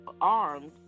armed